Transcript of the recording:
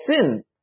sin